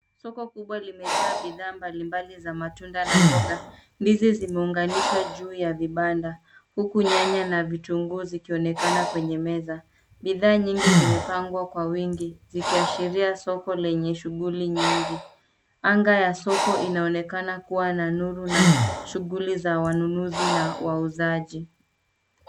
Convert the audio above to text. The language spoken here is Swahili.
Soko kubwa limejaa bidhaa mbalimbali za matunda na mboga, ndizi zimeunganishwa juu ya vibanda huku nyanya na vitunguu zikionekana kwenye meza. Bidhaa nyingi zimepangwa kwa wingi zikiashiria soko lenye shughuli nyingi. Anga ya soko inaonekana kuwa na nuru na shughuli za wanunuzi na wauzaji.